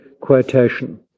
quotation